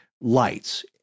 lights